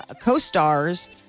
co-stars